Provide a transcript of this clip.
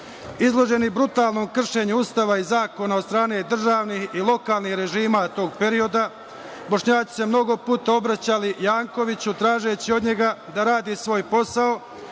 Izloženi brutalnom kršenju Ustava i zakona od strane državnih i lokalnih režima tog perioda Bošnjaci su se mnogo puta obraćali Jankoviću tražeći od njega da radi svoj posao,